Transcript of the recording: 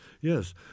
Yes